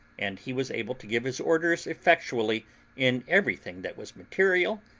and he was able to give his orders effectually in everything that was material,